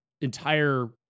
entire